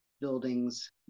buildings